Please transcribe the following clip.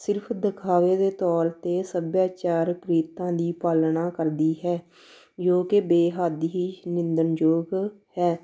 ਸਿਰਫ਼ ਦਿਖਾਵੇ ਦੇ ਤੌਰ 'ਤੇ ਸੱਭਿਆਚਾਰਕ ਰੀਤਾਂ ਦੀ ਪਾਲਣਾ ਕਰਦੀ ਹੈ ਜੋ ਕਿ ਬੇਹੱਦ ਹੀ ਨਿੰਦਣਯੋਗ ਹੈ